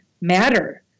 matter